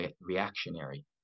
reactionary